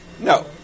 No